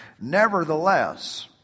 Nevertheless